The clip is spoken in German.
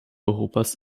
europas